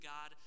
God